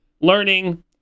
learning